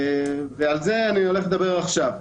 על זה אני הולך לדבר עכשיו.